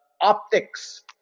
optics